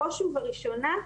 בראש ובראשונה,